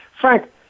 Frank